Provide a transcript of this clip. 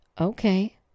Okay